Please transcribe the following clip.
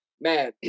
man